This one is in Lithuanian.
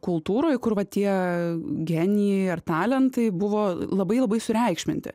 kultūroj kur va tie genijai ar talentai buvo labai labai sureikšminti